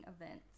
events